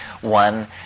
one